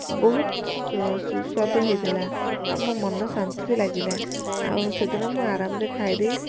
ବହୁତ ସୁସ୍ୱାଦୁ ହେଇଥିଲା ଆଉ ମୋ ମନ ଶାନ୍ତି ବି ଲାଗିଲା ଆଉ ସେଦିନ ମୁଁ ଆରାମରେ ଖାଇଦେଇ